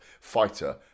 fighter